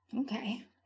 Okay